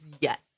yes